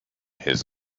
his